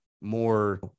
more